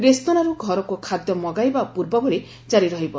ରେସ୍କୁରାଁରୁ ଘରକୁ ଖାଦ୍ୟ ମଗାଇବା ପୂର୍ବଭଳି ଜାରି ରହିବ